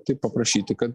tik paprašyti kad